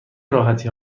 راحتی